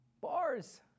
Bars